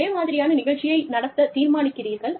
ஒரே மாதிரியான நிகழ்ச்சியை நடத்த தீர்மானிக்கிறீர்கள்